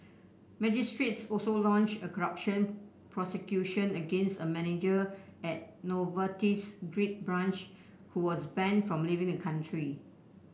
magistrates also launched a corruption prosecution against a manager at Novartis's Greek branch who was banned from leaving the country